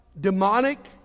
demonic